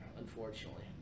unfortunately